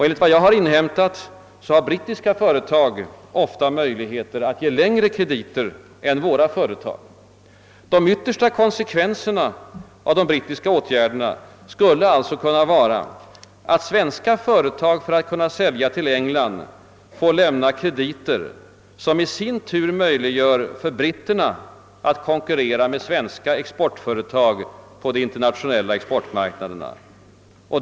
Enligt vad jag inhämtat har brittiska företag ofta möjligheter att ge längre krediter än våra företag. De yttersta konsekvenserna av de brittiska åtgärderna skulle alltså kunna vara att svenska företag för att kunna sälja till England får lämna krediter, som i sin tur möjliggör för britterna att konkurrera med svenska exportföretag på de internationella exportmarknaderna.